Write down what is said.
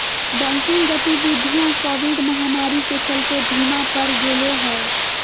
banking गतिवीधियां COVID महामारी के चलते धीमा पड़ गेले हें